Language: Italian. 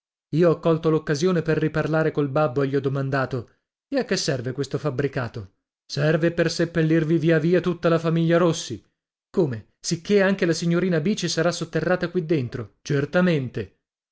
io ho colto l'occasione per riparlare col babbo e gli ho domandato e a che serve questo fabbricato serve per seppellirvi via via tutta la famiglia rossi come sicché anche la signorina bice sarà sotterrata qui dentro certamente